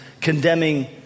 condemning